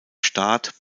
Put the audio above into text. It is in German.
staat